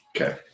Okay